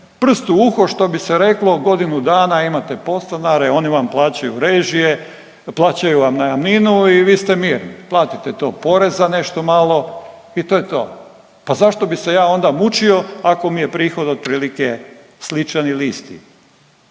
prst u uho što bi se reklo godinu dana imate podstanare oni vam plaćaju režije, plaćaju vam najamninu i vi ste mirni. Platite to poreza nešto malo i to je to. Pa zašto bi se ja onda mučio ako mi je prihod otprilike sličan ili isti?